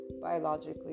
biologically